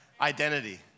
identity